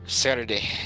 Saturday